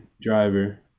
driver